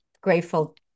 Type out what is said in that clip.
grateful